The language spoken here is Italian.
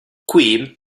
qui